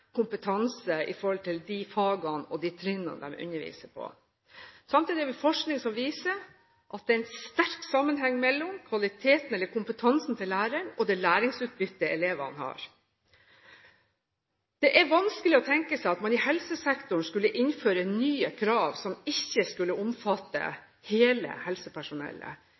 kompetanse i de fagene og de trinnene som de underviser på. Samtidig har vi forskning som viser at det er en sterk sammenheng mellom kvaliteten eller kompetansen til læreren og det læringsutbyttet elevene har. Det er vanskelig å tenke seg at man i helsesektoren skulle innføre nye krav som ikke skulle omfatte hele helsepersonellet.